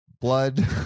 blood